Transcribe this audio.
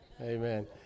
Amen